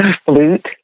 Flute